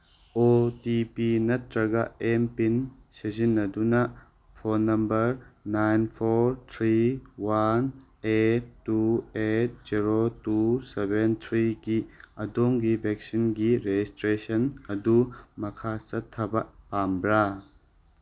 ꯑꯣ T P ꯅꯠꯇ꯭ꯔꯒ MPIN ꯁꯤꯖꯤꯟꯅꯗꯨꯅ phone number nine four three one eight two eight zero two seven ꯊ꯭ꯔꯤꯒꯤ ꯑꯗꯣꯝꯒꯤ ꯚꯦꯛꯁꯤꯟꯒꯤ ꯔꯦꯖꯤꯁꯇ꯭ꯔꯦꯁꯟ ꯑꯗꯨ ꯃꯈꯥ ꯆꯠꯊꯕ ꯄꯥꯝꯕ꯭ꯔꯥ